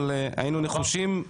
אבל היינו נחושים,